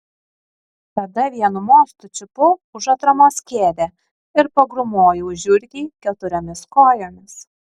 tada vienu mostu čiupau už atramos kėdę ir pagrūmojau žiurkei keturiomis kojomis